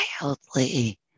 wildly